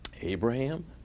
Abraham